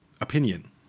opinion